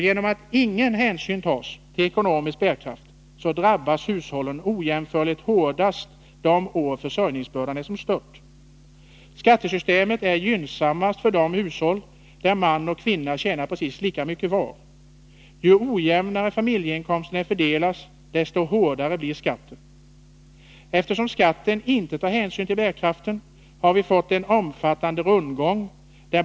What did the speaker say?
Genom att ingen hänsyn tas till ekonomisk bärkraft drabbas hushållen ojämförligt hårdast under de år försörjningsbördan är som störst. Skattesystemet är gynnsammast för de hushåll där man och kvinna tjänar precis lika mycket var. Ju ojämnare familjeinkomsten är fördelad, desto hårdare slår skatten. Eftersom skatten inte baseras på bärkraften har vi fått en omfattande ”rundgång”.